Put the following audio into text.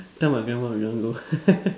tell my grandma we want go